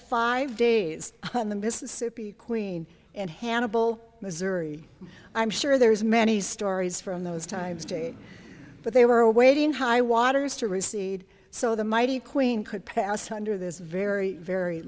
five days on the mississippi queen and hannibal missouri i'm sure there is many stories from those times jane but they were awaiting high waters to recede so the mighty queen could pass under this very very